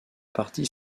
partie